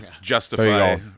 justify